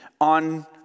on